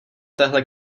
téhle